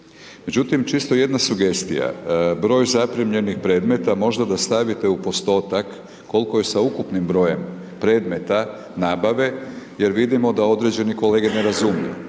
Međutim, čisto jedna sugestija, broj zaprimljenih predmeta možda da stavite u postotak koliko je sa ukupnim brojem predmeta nabave jer vidimo da određeni kolege ne razumiju,